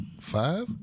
Five